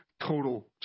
total